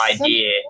idea